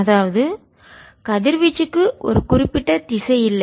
அதாவது கதிர்வீச்சுக்கு ஒரு குறிப்பிட்ட திசையில்லை